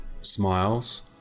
smiles